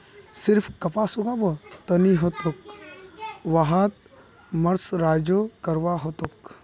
सिर्फ कपास उगाबो त नी ह तोक वहात मर्सराइजो करवा ह तोक